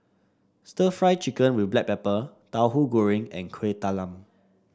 stir Fry Chicken with Black Pepper Tauhu Goreng and Kueh Talam